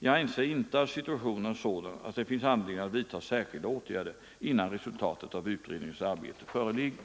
Jag anser inte att situationen är sådan att det finns anledning att vidta särskilda åtgärder, innan resultatet av utredningens arbete föreligger.